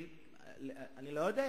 אני לא יודע,